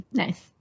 nice